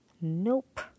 Nope